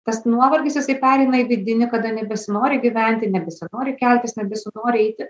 tas nuovargis jisai pereina į vidinį kada nebesinori gyventi nebesinori keltis nebesinori eiti